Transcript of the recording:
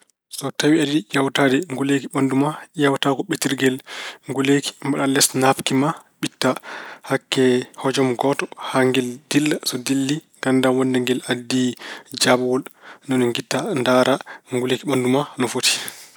So tawi aɗa yiɗi ƴeewtaade nguleeki ɓanndu ma, ƴeewa ta ko ɓettirgel nguleeki. Mbaɗa les naafki ma, ɓitta hakke hojom gooto haa ngel dilla. So dilli ngannda wonde ngel addii jaabuwol. Ni woni ngitta, ndaara nguleeki ɓanndu ma no foti.